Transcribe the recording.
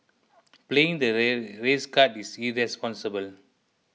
playing the ret race card is irresponsible